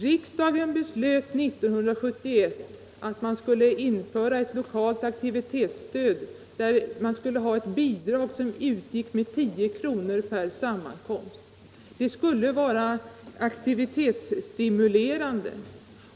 Riksdagen beslöt 1971 att införa ett lokalt aktivitetsstöd, där bidraget skulle utgå med 10 kr. per sammankomst. Det skulle alltså vara aktivitetsstimulerande.